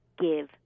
give